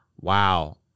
wow